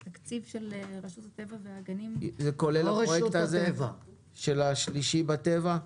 התקציב של רשות הטבע והגנים כולל את הפרויקט "שלישי בטבע"?